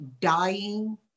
dying